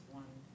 one